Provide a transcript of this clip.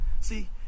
See